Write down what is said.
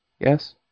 Yes